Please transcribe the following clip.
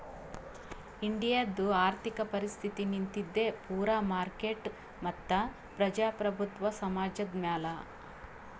ಇಂಡಿಯಾದು ಆರ್ಥಿಕ ಪರಿಸ್ಥಿತಿ ನಿಂತಿದ್ದೆ ಪೂರಾ ಮಾರ್ಕೆಟ್ ಮತ್ತ ಪ್ರಜಾಪ್ರಭುತ್ವ ಸಮಾಜದ್ ಮ್ಯಾಲ